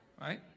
right